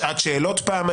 הייתה פעם שעת שאלות שבוטלה,